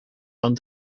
van